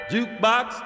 Jukebox